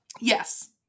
Yes